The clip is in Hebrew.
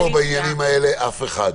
רבותיי, אין פה בעניינים האלה אף אחד.